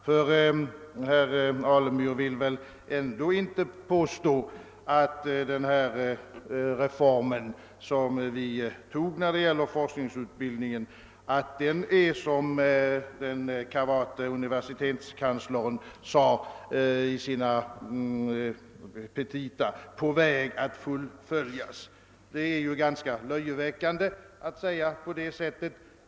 Herr Alemyr vill väl ändå inte påstå att den reform som vi tog när det gällde forskningsutbildningen är som den kavate universitetskanslern sade i sina petita »på väg att fullföljas». Att säga på det sättet är ganska löjeväckande.